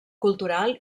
cultural